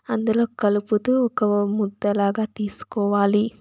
అందులో కలుపుతూ ఒక ముద్దలాగా తీసుకోవాలి